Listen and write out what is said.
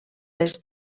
les